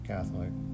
Catholic